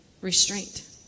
restraint